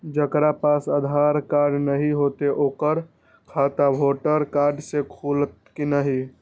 जकरा पास आधार कार्ड नहीं हेते ओकर खाता वोटर कार्ड से खुलत कि नहीं?